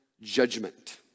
judgment